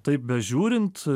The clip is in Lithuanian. taip bežiūrint